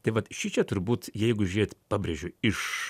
tai vat šičia turbūt jeigu žiūrėt pabrėžiu iš